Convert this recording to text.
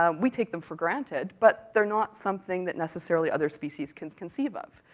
um we take them for granted, but they're not something that necessarily other species can conceive of.